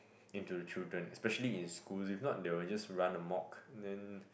into the children especially in school if not they will just run amok then